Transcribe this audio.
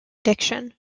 diction